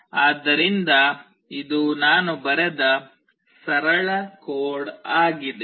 ಆದ್ದರಿಂದ ಇದು ನಾನು ಬರೆದ ಸರಳ ಕೋಡ್ ಆಗಿದೆ